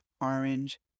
orange